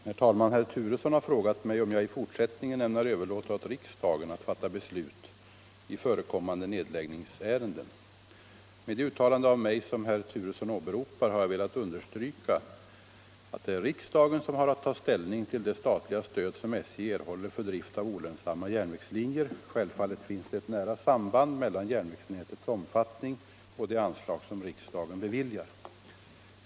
Herr talman! Herr Turesson har frågat mig om jag i fortsättningen ämnar överlåta åt riksdagen att fatta beslut i förekommande nedläggningsärenden. Med det uttalande av mig som herr Turesson åberopar har jag velat understryka, att det är riksdagen som har att ta ställning till det statliga stöd som SJ erhåller för drift av olönsamma järnvägslinjer. Självfallet finns det ett nära samband mellan järnvägsnätets omfattning och det anslag som riksdagen beviljar.